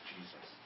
Jesus